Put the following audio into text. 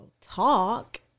talk